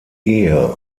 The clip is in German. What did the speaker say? ehe